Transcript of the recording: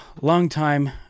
longtime